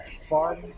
Fun